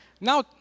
now